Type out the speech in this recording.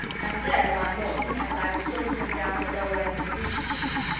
and there, one morning, as i was sauntering down the lower end of regent street,